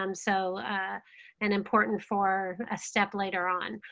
um so and important for a step later on.